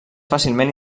fàcilment